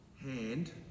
hand